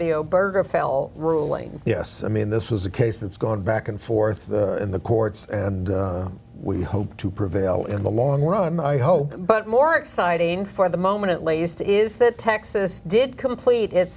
zero burger fell ruling yes i mean this was a case that's gone back and forth in the courts and we hope to prevail in the long run i hope but more exciting for the moment at least is that texas did complete it